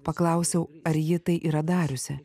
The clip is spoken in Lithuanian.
paklausiau ar ji tai yra dariusi